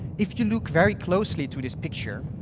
if you look very closely to this picture,